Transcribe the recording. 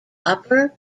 upper